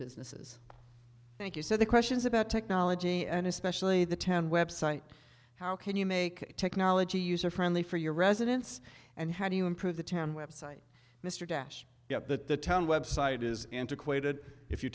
businesses thank you so the questions about technology and especially the ten website how can you make technology user friendly for your residents and how do you improve the town website mr dash yet that the town website is antiquated if you